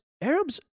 Arabs